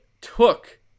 took